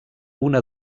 una